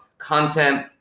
content